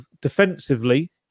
defensively